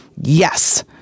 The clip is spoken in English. Yes